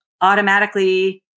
automatically